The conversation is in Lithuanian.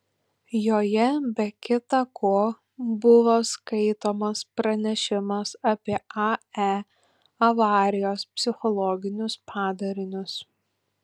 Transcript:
joje be kita ko buvo skaitomas pranešimas apie ae avarijos psichologinius padarinius